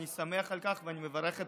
אני שמח על כך ואני מברך את